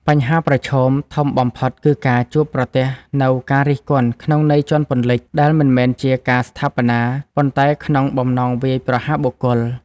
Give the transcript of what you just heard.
បញ្ហាប្រឈមធំបំផុតគឺការជួបប្រទះនូវ ការរិះគន់ក្នុងន័យជាន់ពន្លិច ដែលមិនមែនជាការស្ថាបនា ប៉ុន្តែក្នុងបំណងវាយប្រហារបុគ្គល។